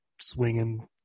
swinging